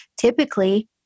typically